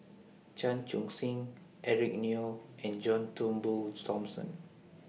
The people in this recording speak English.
Chan Chun Sing Eric Neo and John Turnbull Thomson